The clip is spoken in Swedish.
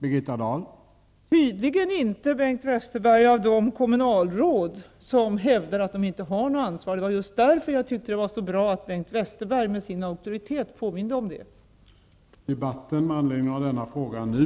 Herr talman! Tydligen är den inte tillräckligt känd av de kommunalråd som hävdar att de inte har något ansvar. Det var just därför jag tyckte att det var så bra att Bengt Westerberg med sin auktoritet påminde om vad som står i